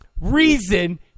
reason